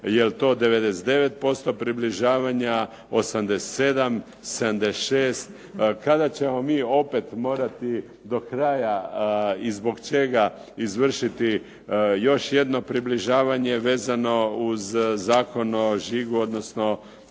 jel' to 99% približavanja, 87, 76. Kada ćemo mi opet morati do kraja i zbog čega izvršiti još jedno približavanje vezano uz Zakon o žigu, odnosno